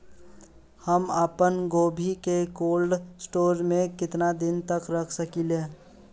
हम आपनगोभि के कोल्ड स्टोरेजऽ में केतना दिन तक रख सकिले?